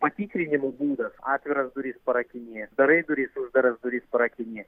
patikrinimo būdas atviras duris parakini darai duris uždaras duris parakini